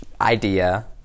Idea